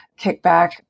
kickback